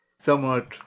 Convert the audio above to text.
somewhat